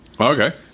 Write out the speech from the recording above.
okay